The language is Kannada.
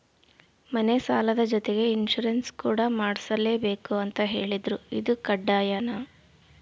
ಮನೆ ಸಾಲದ ಜೊತೆಗೆ ಇನ್ಸುರೆನ್ಸ್ ಕೂಡ ಮಾಡ್ಸಲೇಬೇಕು ಅಂತ ಹೇಳಿದ್ರು ಇದು ಕಡ್ಡಾಯನಾ?